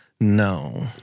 No